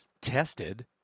tested